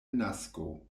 nasko